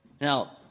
Now